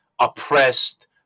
oppressed